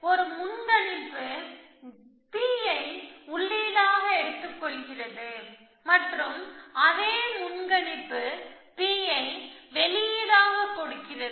ஒரு முன்கணிப்பு P யை உள்ளீடாக எடுத்துக்கொள்கிறது மற்றும் அதே முன்கணிப்பு P யை வெளியீடாக கொடுக்கிறது